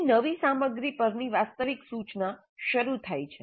પછી નવી સામગ્રી પરની વાસ્તવિક સૂચના શરૂ થાય છે